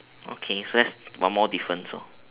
okay so let's one more difference so